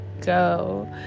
go